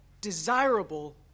desirable